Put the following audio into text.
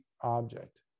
object